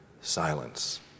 silence